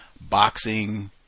boxing